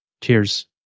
Cheers